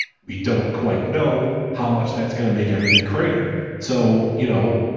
we don't quite know how much that's gonna make everything crater. so, you know,